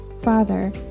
Father